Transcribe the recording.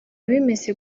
bimeze